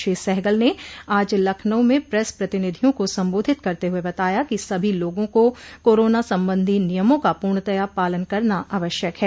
श्री सहगल ने आज लखनऊ में प्रेस प्रतिनिधियों का सम्बोधित करते हुए बताया कि सभी लोगों को कोरोना संबंधी नियमों का पूर्णतया पालन करना आवश्यक है